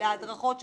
ההדרכות שנדרשות,